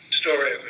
story